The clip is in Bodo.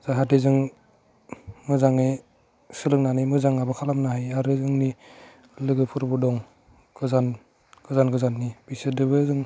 जाहाथे जों मोजाङै सोलोंनानै मोजां माबा खालामनो हायो आरो जोंनि लोगोफोरबो दं गोजान गोजान गोजाननि बिसोरजोंबो जों